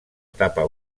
tapa